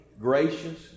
gracious